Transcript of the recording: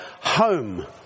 home